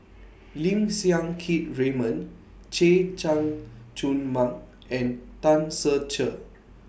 Lim Siang Keat Raymond Chay Jung Jun Mark and Tan Ser Cher